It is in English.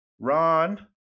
Ron